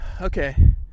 Okay